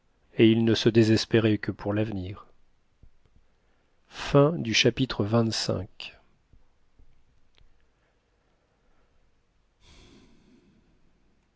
et ils ne se désespéraient que pour l'avenir chapitre